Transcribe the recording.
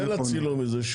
תן לה צילום מזה,